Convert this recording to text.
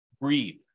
Breathe